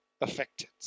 affected